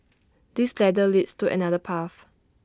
this ladder leads to another path